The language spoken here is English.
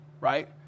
right